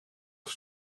als